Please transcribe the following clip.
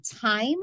time